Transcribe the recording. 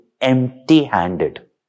empty-handed